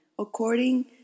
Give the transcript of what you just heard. according